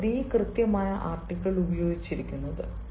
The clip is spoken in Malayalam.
അതുകൊണ്ടാണ് 'ദി' എന്ന കൃത്യമായ ആർട്ടികിൽ ഉപയോഗിച്ചിരിക്കുന്നത്